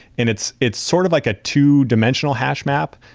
and it's it's sort of like a two-dimensional hash map.